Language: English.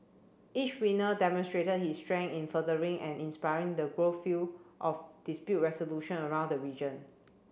each winner demonstrated his strength in furthering and inspiring the growth field of dispute resolution around the region